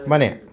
ಮನೆ